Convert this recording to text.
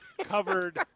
covered